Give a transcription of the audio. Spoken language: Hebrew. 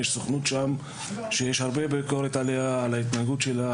יש סוכנות שם שיש הרבה ביקורת על ההתנהגות שלה,